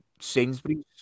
Sainsbury's